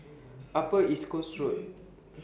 Upper East Coast Road